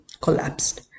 collapsed